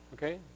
Okay